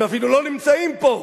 הם אפילו לא נמצאים פה.